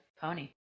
pony